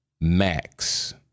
Max